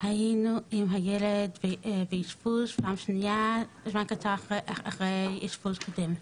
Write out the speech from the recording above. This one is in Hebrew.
היינו עם הילד באשפוז פעם שנייה זמן קצר אחרי אשפוז קודם.